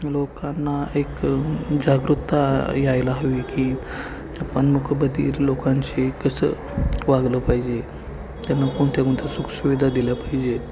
लोकांना एक जागरुकता यायला हवी की आपण मुकबधीर लोकांशी कसं वागलं पाहिजे त्यांना कोणत्या कोणत्या सुखसुविधा दिल्या पाहिजे